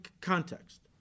context